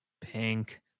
Pink